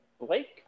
Blake